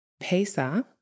pesa